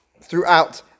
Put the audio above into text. throughout